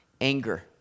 anger